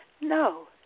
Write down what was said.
No